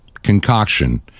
Concoction